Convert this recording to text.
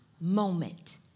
moment